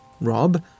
Rob